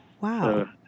Wow